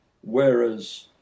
Whereas